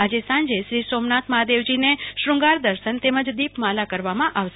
આજે શ્રી સોમનાથ મહાદેવજીને શ્રંગાર દર્શન તેમજ દિપમાલા કરવા માં આવશે